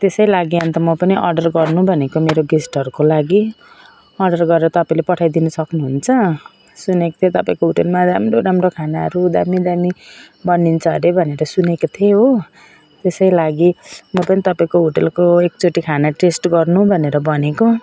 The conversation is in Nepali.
त्यसै लागि अन्त म पनि अडर गर्नु भनेको मेरो गेस्टहरूको लागि अडर गरेर तपाईँले पठाइदिनु सक्नु हुन्छ सुनेको थिएँ तपाईँको होटेलमा राम्रो राम्रो खानाहरू दामी दामी बनिन्छ अरे भनेर सुनेको थिएँ हो त्यसै लागि म पनि तपाईँको होटेलको एक चोटि खाना टेस्ट गर्नु भनेर भनेको